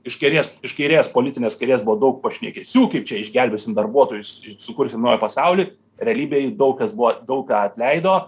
iš kairės iš kairės politinės kairės buvo daug pašnekesių kaip čia išgelbėsim darbuotojus sukursim naują pasaulį realybėj daug kas buvo daug ką atleido